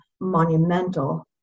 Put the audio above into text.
monumental